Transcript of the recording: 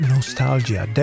Nostalgia